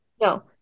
no